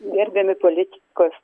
gerbiami politikos